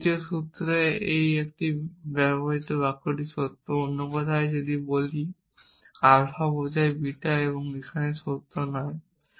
এই দ্বিতীয় সূত্রে এই একই বাক্যটি সত্য অন্য কথায় যদি আলফা বোঝায় বিটা এখানে সত্য নয়